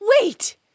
Wait